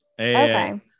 Okay